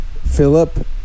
Philip